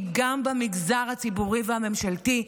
היא גם במגזר הציבורי והממשלתי.